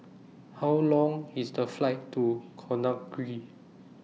How Long IS The Flight to Conakry